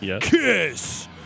Kiss